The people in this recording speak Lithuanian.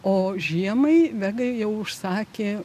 o žiemai vega jau užsakė